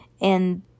and